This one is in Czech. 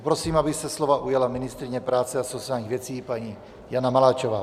Poprosím, aby se slova ujala ministryně práce a sociálních věcí paní Jana Maláčová.